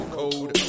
code